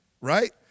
right